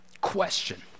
question